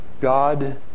God